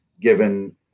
given –